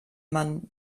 man